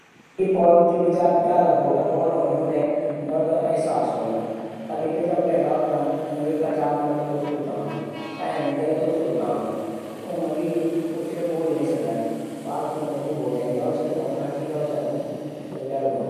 दोस्तो एक विविध समूह हूनू सकारात्मक हवे सकदू। अगर दोस्त अच्छा विचारों छन तक जन की सभी दग्डया आपस मा एक दूशर से कुछ ना कुछ सीख सकदा। ज्ञान बढै सकदा। एक दूसरा मदद करी सकदा। और भी जीवन मा आगे बढनू बहुत कुछ कैरी सकदा